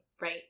right